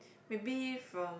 maybe from